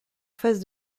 face